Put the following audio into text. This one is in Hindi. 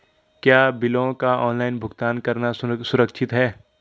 क्या बिलों का ऑनलाइन भुगतान करना सुरक्षित है?